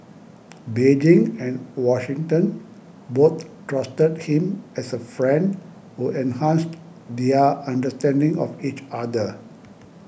Beijing and Washington both trusted him as a friend who enhanced their understanding of each other